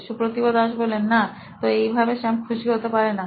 Supratibh Das C T O নোইন electronics না তো এই ভাবে স্যাম খুশি হতে পারেনা